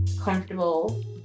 comfortable